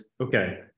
okay